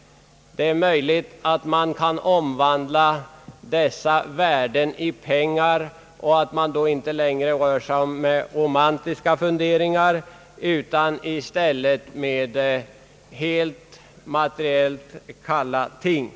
Det är möjligt att man kan omvandla dessa värden i pengar och att man då inte längre rör sig med romantiska funderingar utan i stället med helt materiella kalla ting.